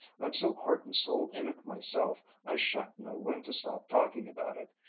i'm so heart and soul in it myself, i shan't know when to stop talking about it.